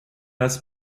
است